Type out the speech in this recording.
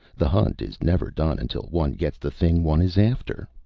the hunt is never done until one gets the thing one is after.